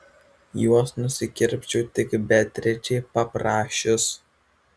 juos nusikirpčiau tik beatričei paprašius